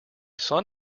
son